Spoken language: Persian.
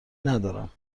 ندارم